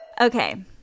Okay